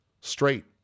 straight